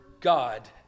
God